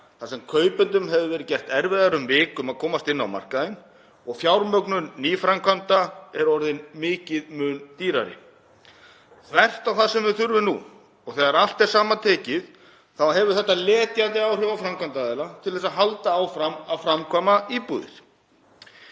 þar sem kaupendum hefur verið gert erfiðara um vik að komast inn á markaðinn og fjármögnun nýframkvæmda er orðin miklum mun dýrari, þvert á það sem við þurfum nú. Þegar allt er saman tekið hefur þetta letjandi áhrif á framkvæmdaraðila til að halda áfram framkvæmdum við íbúðir.